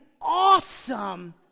awesome